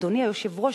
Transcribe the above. אדוני היושב-ראש,